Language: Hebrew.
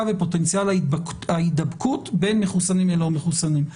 ובפוטנציאל ההידבקות בין מחוסנים ללא מחוסנים.